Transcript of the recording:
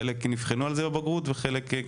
חלק נבחנו על זה בבגרות וחלק,